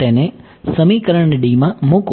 તેને સમીકરણ માં મુકો